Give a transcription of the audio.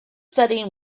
setting